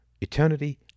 eternity